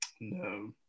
No